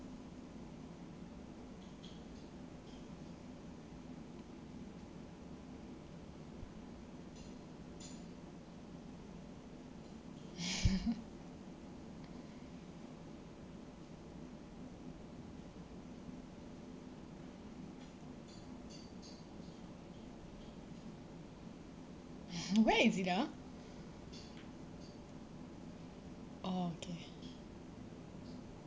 where is it ah orh okay